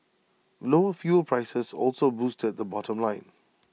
lower fuel prices also boosted the bottom line